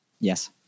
Yes